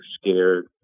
scared